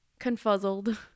confuzzled